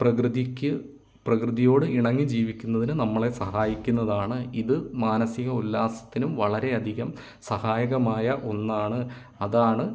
പ്രകൃതിയ്ക്ക് പ്രകൃതിയോട് ഇണങ്ങി ജീവിക്കുന്നതിന് നമ്മളെ സഹായിക്കുന്നതാണ് ഇത് മാനസിക ഉല്ലാസത്തിനും വളരെയധികം സഹായകരമായ ഒന്നാണ് അതാണ്